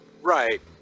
right